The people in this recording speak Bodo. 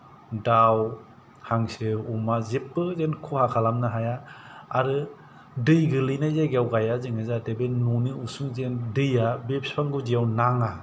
दाउ हांसो अमा जेबो जेन खहा खालामनो हाया आरो दै गोलैनाय जायगायाव गाया जोङो जाहाथे बे न'नि उसुं जेन दैया बे बिफां गुदियाव नाङा